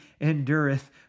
endureth